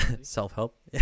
self-help